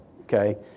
okay